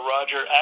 Roger